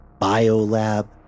biolab